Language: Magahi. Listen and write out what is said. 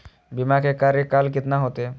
बीमा के कार्यकाल कितना होते?